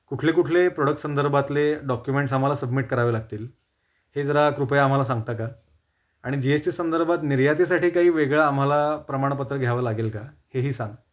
कुठले कुठले प्रोडक्ट संदर्भातले डॉक्युमेंट्स आम्हाला सबमिट करावे लागतील हे जरा कृपया आम्हाला सांगता का आणि जी एस टी संदर्भात निर्यातीसाठी काही वेगळं आम्हाला प्रमाणपत्र घ्यावं लागेल का हेही सांग